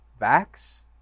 Vax